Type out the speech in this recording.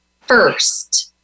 first